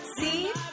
See